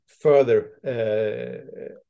further